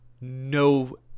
no